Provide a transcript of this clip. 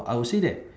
I will say that